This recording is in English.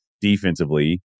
defensively